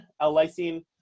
L-lysine